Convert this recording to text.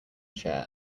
chair